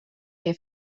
què